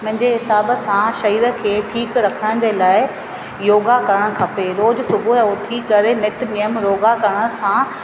मुंहिंजे हिसाब सां शरीर खे ठीक रखण जे लाइ योगा करणु खपे रोज़ु सुबुह जो उथी करे नितु नेमु योगा करण सां